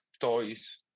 Toys